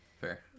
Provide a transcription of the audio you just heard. Fair